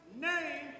name